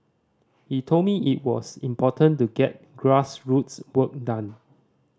he told me it was important to get grassroots work done